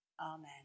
amen